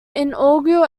inaugural